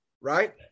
right